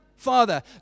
Father